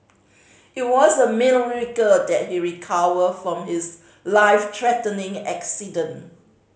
it was a miracle that he recovered from his life threatening accident